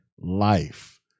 life